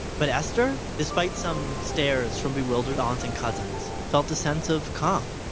but esther? despite some stares from bewildered aunts and cousins, felt a sense of calm.